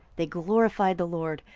they glorified the lord,